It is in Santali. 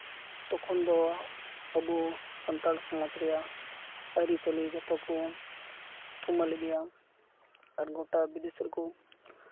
ᱛᱚᱠᱷᱚᱱ ᱫᱚ ᱟᱵᱚ ᱥᱟᱱᱛᱟᱲ ᱥᱚᱢᱟᱡᱽ ᱨᱮᱭᱟᱜ ᱟᱹᱨᱤᱪᱟᱹᱞᱤ ᱡᱷᱚᱛᱚ ᱠᱚ ᱛᱩᱢᱟᱹᱞ ᱤᱫᱤᱭᱟ ᱟᱨ ᱜᱳᱴᱟ ᱵᱤᱫᱮᱥ ᱨᱮᱠᱚ